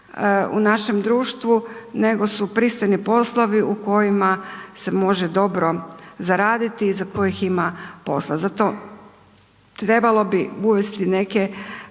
u našem društvu nego su pristojni poslovi u kojima se može dobro zaraditi i za kojih ima posla. Zato trebalo bi uvesti neke,